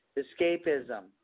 escapism